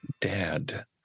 dad